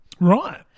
Right